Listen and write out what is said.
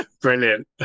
brilliant